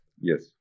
yes